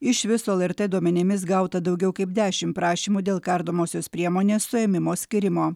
iš viso lrt duomenimis gauta daugiau kaip dešimt prašymų dėl kardomosios priemonės suėmimo skyrimo